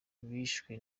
bishwe